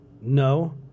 no